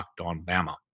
LOCKEDONBAMA